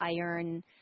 iron